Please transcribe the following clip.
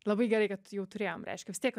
labai gerai kad jau turėjom reiškia vis tiek